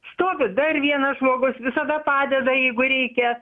stovi dar vienas žmogus visada padeda jeigu reikia